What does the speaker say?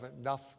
enough